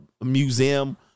Museum